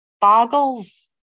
boggles